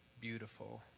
beautiful